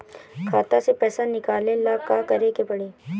खाता से पैसा निकाले ला का करे के पड़ी?